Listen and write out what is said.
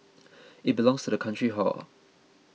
it belongs to the country hor